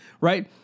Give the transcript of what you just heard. right